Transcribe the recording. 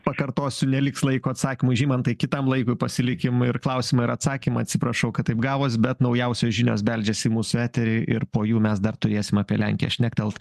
pakartosiu neliks laiko atsakymui žymantai kitam laikui pasilikim ir klausimą ir atsakymą atsiprašau kad taip gavos bet naujausios žinios beldžiasi į mūsų eterį ir po jų mes dar turėsim apie lenkiją šnektelt